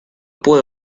puedo